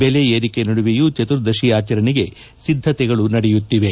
ಬೆಲೆ ಏರಿಕೆ ನಡುವೆಯೂ ಚತುರ್ದಶಿ ಆಚರಣೆಗೆ ಸಿದ್ದತೆಗಳು ನಡೆಯುತ್ತಿವೆ